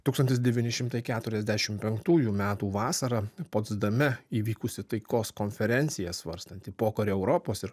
tūkstantis devyni šimtai keturiasdešim penktųjų metų vasarą potsdame įvykusi taikos konferencija svarstanti pokario europos ir